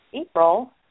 April